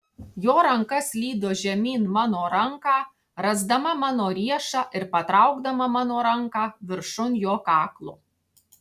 jo ranka slydo žemyn mano ranką rasdama mano riešą ir patraukdama mano ranką viršun jo kaklo